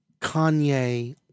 Kanye